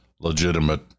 legitimate